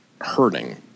hurting